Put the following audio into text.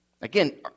Again